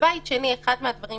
ובבית שני אחד מהדברים